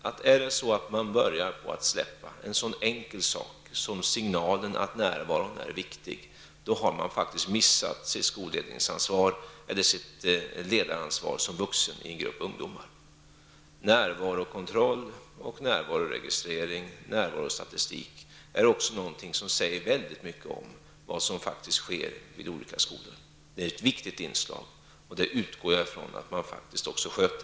Om man börjar släppa på en sådan enkel sak som signalen att närvaron är viktig har man faktiskt missat sitt skolledningsansvar eller sitt ledaransvar som vuxen i en grupp ungdomar. Närvarokontroll, närvaroregistrering och närvarostatistik är också någonting som säger väldigt mycket om vad som faktiskt sker i olika skolor. Det är ett viktigt inslag, och jag utgår ifrån att man faktiskt sköter det.